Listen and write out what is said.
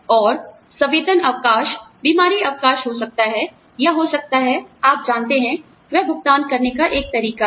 और सवेतन अवकाश बीमारी अवकाश हो सकता है यह हो सकता है आप जानते हैं वह भुगतान करने का एक तरीका है